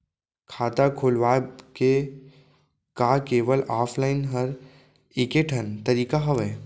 खाता खोलवाय के का केवल ऑफलाइन हर ऐकेठन तरीका हवय?